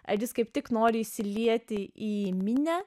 ar jis kaip tik nori įsilieti į minią